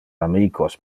amicos